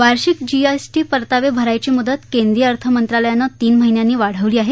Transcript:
वार्षिक जीएसटी परतावे भरायची मुदत केंद्रीय अर्थमंत्रालयानं तीन महिन्यांनी वाढवली आहे